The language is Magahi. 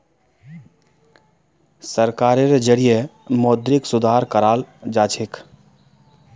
सरकारेर जरिएं मौद्रिक सुधार कराल जाछेक